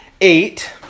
Eight